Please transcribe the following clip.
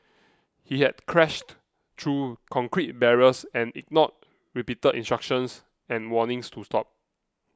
he had crashed through concrete barriers and ignored repeated instructions and warnings to stop